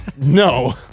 No